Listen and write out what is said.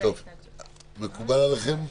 מקובל עליכם?